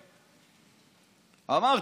אמרתי,